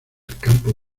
campo